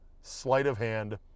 sleight-of-hand